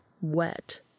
wet